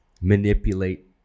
manipulate